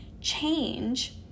change